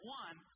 one